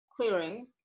clearing